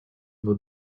его